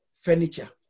furniture